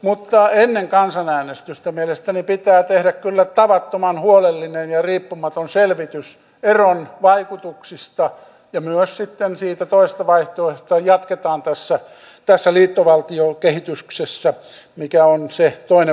mutta ennen kansanäänestystä mielestäni pitää tehdä kyllä tavattoman huolellinen ja riippumaton selvitys eron vaikutuksista ja myös sitten siitä toisesta vaihtoehdosta että jatketaan tässä liittovaltiokehityksessä mikä on se toinen vaihtoehto